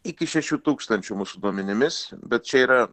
iki šešių tūkstančių mūsų duomenimis bet čia yra